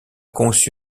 conçu